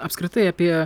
apskritai apie